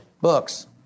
Books